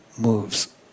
moves